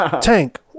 Tank